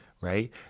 Right